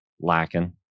lacking